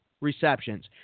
receptions